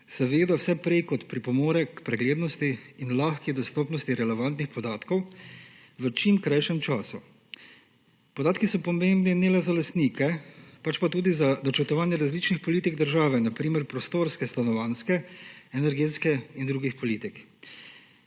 seveda vse prej kot pripomore k preglednosti in lahki dostopnosti relevantnih podatkov v čim krajšem času. Podatki so pomembni ne le za lastnike, pač pa tudi za načrtovanje različnih politik države, na primer prostorske, stanovanjske, energetske in drugih politik.